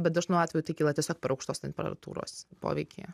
bet dažnu atveju tai kyla tiesiog aukštos temperatūros poveikyje